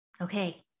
Okay